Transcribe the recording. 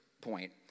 point